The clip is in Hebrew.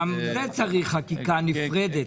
גם בזה צריך חקיקה נפרדת.